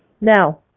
Now